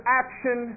action